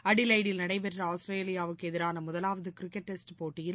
அடிவைடில் நடைபெற்ற ஆஸ்திரேலியாவுக்கு எதிரான முதலாவது கிரிக்கெட் டெஸ்ட் போட்டியில்